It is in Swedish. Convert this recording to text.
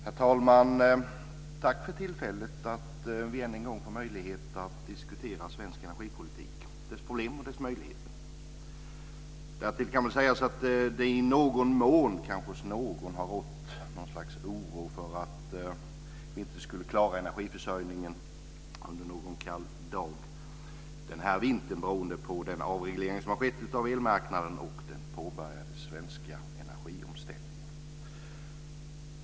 Herr talman! Tack för tillfället att än en gång få diskutera svensk energipolitik, dess problem och dess möjligheter! Därtill kan sägas att det i någon mån hos någon kan ha rått något slags oro för att vi inte skulle klara energiförsörjningen under någon kall dag den här vintern, beroende på den avreglering av elmarknaden som har skett och den påbörjade svenska energiomställningen.